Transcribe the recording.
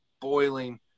boiling